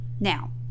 Now